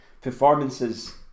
performances